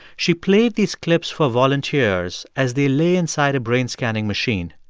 she played these clips for volunteers as they lay inside a brain scanning machine.